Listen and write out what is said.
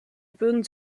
würden